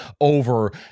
over